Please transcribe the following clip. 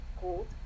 called